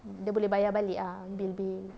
dia boleh bayar balik ah bill bill